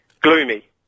Gloomy